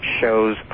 shows